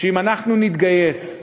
שאם אנחנו נתגייס,